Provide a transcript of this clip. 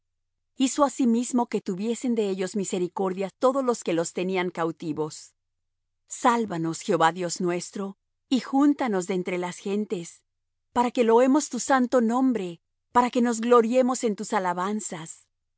hizo asimismo tuviesen de ellos misericordia todos los que los tenían cautivos sálvanos jehová dios nuestro y júntanos de entre las gentes para que loemos tu santo nombre para que nos gloriemos en tus alabanzas